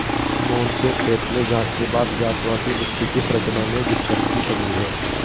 मोहन के खेत में जांच के बाद ज्ञात हुआ की मिट्टी की संरचना में जिप्सम की कमी है